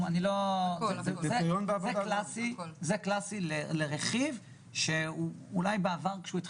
לכן זה דוגמה קלאסית לרכיב שאולי בעבר היו